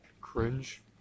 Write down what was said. Cringe